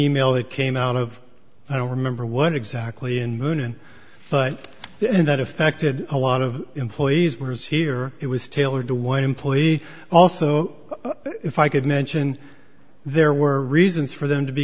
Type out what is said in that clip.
e mail that came out of i don't remember what exactly in moon but that affected a lot of employees words here it was tailored to one employee also if i could mention there were reasons for them to be